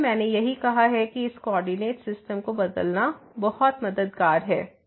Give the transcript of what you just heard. इसलिए मैंने यही कहा है कि इस कोऑर्डिनेट सिस्टम को बदलना बहुत मददगार है